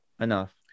Enough